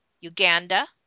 Uganda